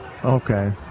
Okay